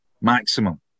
maximum